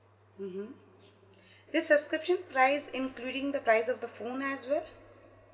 mmhmm does subscription price including the price of the phone as well